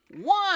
one